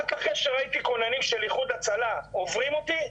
רק אחרי שראיתי כוננים של איחוד הצלה עוברים אותי,